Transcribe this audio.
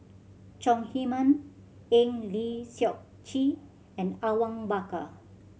Chong Heman Eng Lee Seok Chee and Awang Bakar